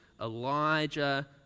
Elijah